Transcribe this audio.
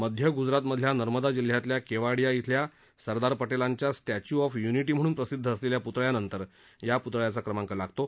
मध्य ग्जरातमधल्या नर्मदा जिल्ह्यातल्या केवाडीया इथल्या सरदार पटेलांच्या स्टॅच्यू ऑफ य्निटी म्हणून प्रसिद्ध असलेल्या पुतळ्यानंतर हया पुतळ्याचा क्रमांक लागतो